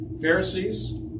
Pharisees